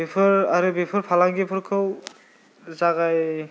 बेफोर आरो बेफोर फालांगिफोरखौ जागायनो